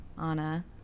Anna